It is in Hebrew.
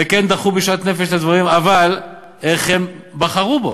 וכן דחו בשאט נפש את הדברים, אבל איך הם בחרו בו?